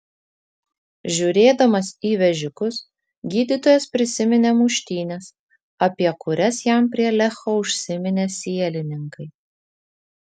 žiūrėdamas į vežikus gydytojas prisiminė muštynes apie kurias jam prie lecho užsiminė sielininkai